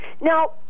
now